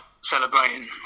celebrating